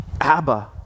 Abba